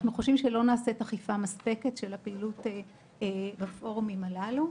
אנחנו חושבים שלא נעשית אכיפה מספקת של הפעילות בפורומים הללו.